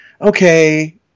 okay